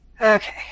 okay